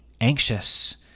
anxious